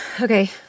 Okay